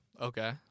Okay